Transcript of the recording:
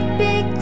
big